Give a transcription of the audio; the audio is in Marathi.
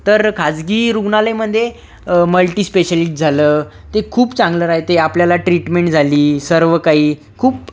तर खासगी रुग्णालयामध्ये मल्टिस्पेशालिट झालं ते खूप चांगलं राहते आपल्याला ट्रीटमेन्ट झाली सर्व काही खूप